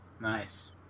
Nice